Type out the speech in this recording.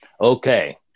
okay